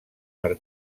per